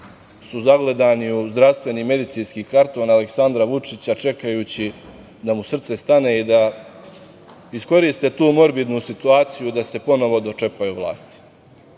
su zagledani u zdravstveni i medicinski karton Aleksandra Vučića, čekajući da mu srce stane i da iskoriste tu morbidnu situaciju da se ponovo dočepaju vlasti,